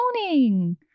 morning